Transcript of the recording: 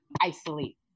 isolate